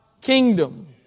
kingdom